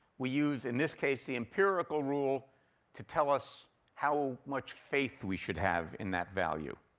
we use, in this case, the empirical rule to tell us how much faith we should have in that value.